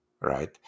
right